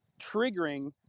triggering